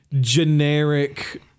generic